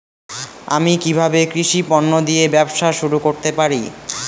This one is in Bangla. আমি কিভাবে কৃষি পণ্য দিয়ে ব্যবসা শুরু করতে পারি?